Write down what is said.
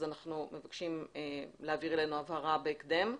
אנחנו מבקשים להעביר אלינו הבהרה בהקדם.